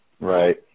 Right